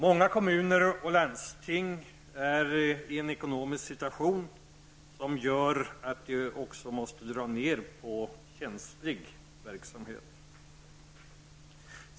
Många kommuner och landsting befinner sig i en ekonomisk situation som gör att de måste dra ner även på känslig verksamhet.